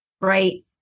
right